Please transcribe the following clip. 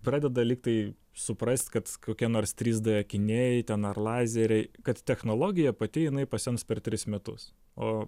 pradeda lyg tai suprast kad kokie nors trys d akiniai ten ar lazeriai kad technologija pati jinai pasens per tris metus o